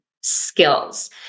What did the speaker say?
skills